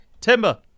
Timber